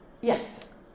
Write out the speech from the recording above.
Yes